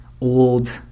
old